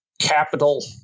capital